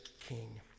king